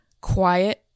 quiet